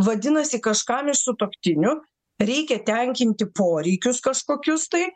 vadinasi kažkam iš sutuoktinių reikia tenkinti poreikius kažkokius tai